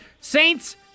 Saints